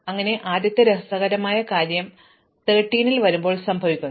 അതിനാൽ ആദ്യത്തെ രസകരമായ കാര്യം ഞാൻ 13 ൽ വരുമ്പോൾ സംഭവിക്കുന്നു